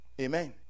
Amen